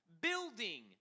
Building